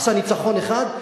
עשה ניצחון אחד,